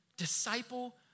Disciple